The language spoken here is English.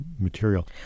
material